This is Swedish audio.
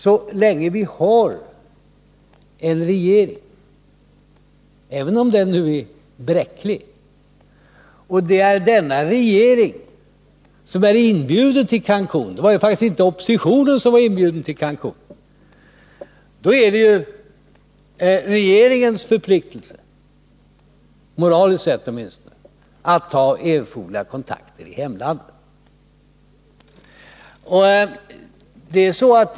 Så länge vi har en regering, även om den nu är bräcklig, och det är denna regering som är inbjuden till Cancun — det var faktiskt inte oppositionen som var inbjuden dit — är det regeringens plikt, moraliskt sett åtminstone, att ta erforderliga kontakter i hemlandet.